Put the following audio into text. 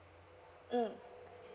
mm